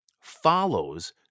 follows